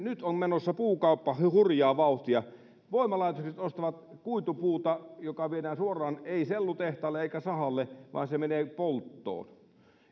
nyt on menossa puukauppa hurjaa vauhtia voimalaitokset ostavat kuitupuuta joka viedään suoraan ei sellutehtaalle eikä sahalle vaan se menee polttoon